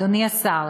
אדוני השר,